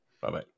Bye-bye